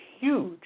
huge